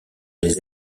les